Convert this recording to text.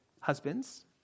husbands